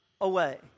away